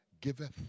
giveth